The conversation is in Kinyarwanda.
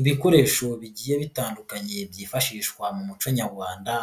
Ibikoresho bigiye bitandukanye byifashishwa mu muco nyarwanda,